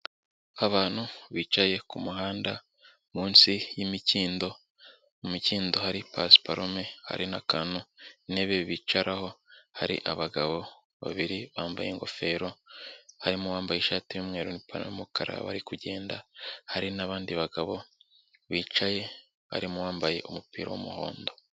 Abantu bicaye ku muhanda munsi y'imikindo mu mikindo hari pasiparume hari n'akantu, intebe bicaraho hari abagabo babiri bambaye ingofero, harimo uwambaye ishati y'umweru nipantaro y'umukara bari kugenda, hari n'abandi bagabo bicaye barimo uwambaye umupira w'umuhondo.